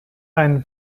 ein